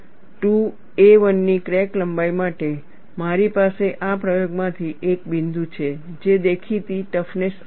2a1 ની crack લંબાઈ માટે મારી પાસે આ પ્રયોગમાંથી એક બિંદુ છે જે દેખીતી ટફનેસ આપશે